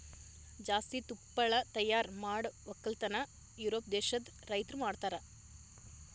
ಜಾಸ್ತಿ ತುಪ್ಪಳ ತೈಯಾರ್ ಮಾಡ್ ಒಕ್ಕಲತನ ಯೂರೋಪ್ ದೇಶದ್ ರೈತುರ್ ಮಾಡ್ತಾರ